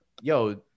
yo